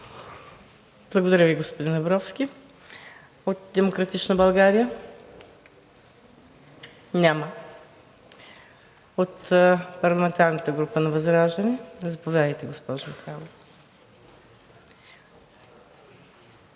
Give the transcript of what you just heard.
Благодаря Ви, господин Абровски. От „Демократична България“? Няма. От парламентарната група на ВЪЗРАЖДАНЕ? Заповядайте, госпожо Михайлова.